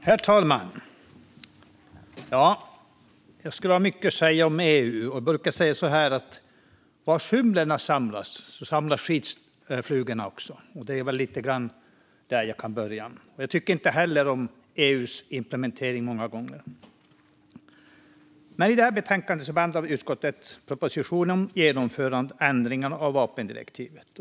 Herr talman! Det finns mycket att säga om EU, och jag brukar säga att där synderna samlas samlas även skitflugorna, och jag kan väl börja där. Det är många gånger som inte heller jag tycker om implementeringen av EU:s direktiv. I betänkandet behandlar utskottet propositionen Genomförande av ändringarna i vapendirektivet .